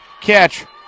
catch